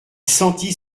sentit